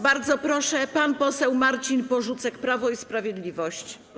Bardzo proszę, pan poseł Marcin Porzucek, Prawo i Sprawiedliwość.